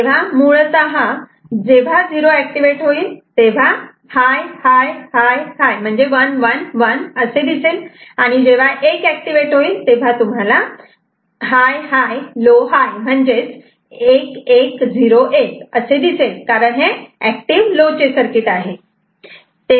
तेव्हा मुळतः जेव्हा झिरो ऍक्टिव्हेट होईल तेव्हा H H H H असे दिसेल आणि जेव्हा 1 ऍक्टिव्हेट होईल तेव्हा H H L H असे दिसेल कारण हे एक्टिव लो आहे